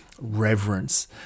reverence